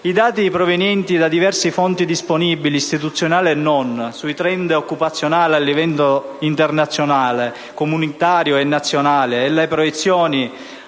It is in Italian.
I dati provenienti da diverse fonti disponibili, istituzionali e non, sui *trend* occupazionali a livello internazionale, comunitario e nazionale, e le proiezioni